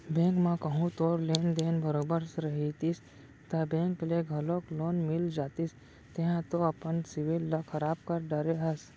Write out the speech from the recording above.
bank म कहूँ तोर लेन देन बरोबर रहितिस ता बेंक ले घलौक लोन मिल जतिस तेंहा तो अपन सिविल ल खराब कर डरे हस